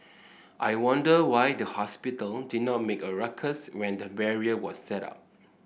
I wonder why the hospital did not make a ruckus when the barrier was set up